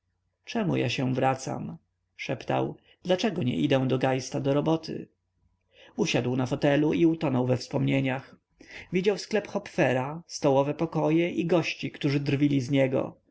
czemu ja się wracam szeptał dlaczego nie idę do geista do roboty usiadł na fotelu i utonął we wspomnieniach widział sklep hopfera stołowe pokoje i gości którzy drwili z niego